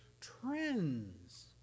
trends